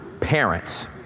Parents